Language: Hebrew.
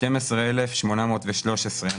12,813,